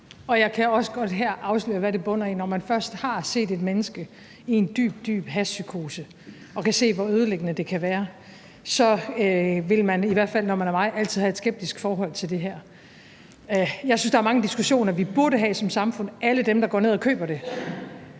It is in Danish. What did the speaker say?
og jeg kan også godt her afsløre, hvad det bunder i. Når man først har set et menneske i en dyb, dyb hashpsykose og kan se, hvor ødelæggende det kan være, så vil man – i hvert fald når man er mig – altid have et skeptisk forhold til det her. Jeg synes, der er mange diskussioner, vi burde have som samfund og blandt alle dem, der går ned og køber det.